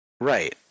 Right